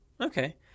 Okay